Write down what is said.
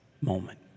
moment